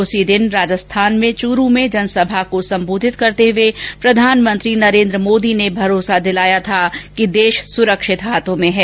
उसी दिन राजस्थान में चुरू में जनसभा को संबोधित करते हुए प्रधानमंत्री नरेन्द्र मोदी ने भरोसा दिलाया था कि देश सुरक्षित हाथों में हैं